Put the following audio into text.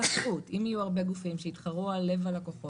כהגדרתו בחוק שירותי תשלום,